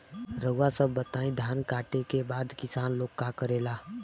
रउआ सभ बताई धान कांटेके बाद किसान लोग का करेला?